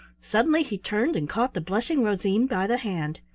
suddenly he turned and caught the blushing rosine by the hand.